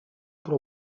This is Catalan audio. però